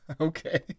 Okay